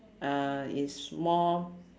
uh is more